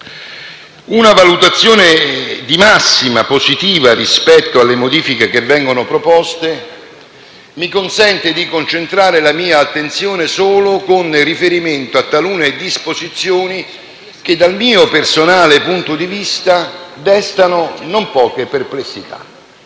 Una valutazione di massima positiva rispetto alle modifiche che vengono proposte mi consente di concentrare la mia attenzione solo in riferimento a talune disposizioni che, dal mio personale punto di vista, destano non poche perplessità.